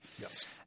Yes